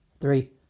three